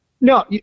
No